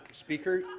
speaker,